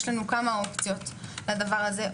יש לנו כמה אופציות לדבר הזה.